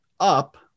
up